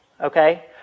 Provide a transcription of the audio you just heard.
Okay